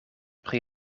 pri